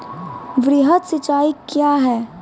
वृहद सिंचाई कया हैं?